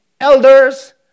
elders